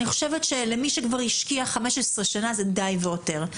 אני חושבת שלמי שכבר השקיע 15 שנים, זה די והותר.